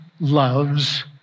Loves